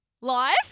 live